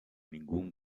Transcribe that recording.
ningún